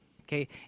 okay